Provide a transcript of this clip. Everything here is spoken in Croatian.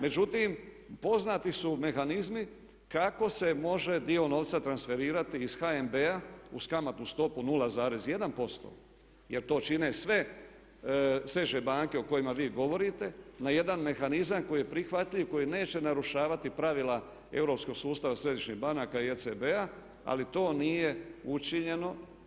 Međutim, poznati su mehanizmi kako se može dio novca transferirati iz HNB-a uz kamatnu stopu 0,1% jer to čine sve središnje banke o kojima vi govorite na jedan mehanizam koji je prihvatljiv, koji neće narušavati pravila europskog sustava središnjih banaka i ECB-a ali to nije učinjeno.